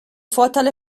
vorteile